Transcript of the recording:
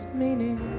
meaning